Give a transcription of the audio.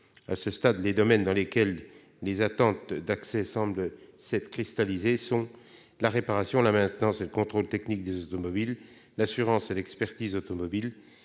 À ce stade, les domaines dans lesquels des attentes d'accès semblent s'être cristallisées sont la réparation, la maintenance et le contrôle technique automobiles, l'assurance et l'expertise automobiles,